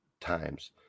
times